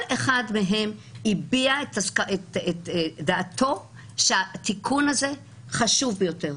כל אחד מהם הביע את דעתו שהתיקון הזה חשוב ביותר.